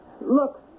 Look